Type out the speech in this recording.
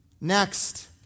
Next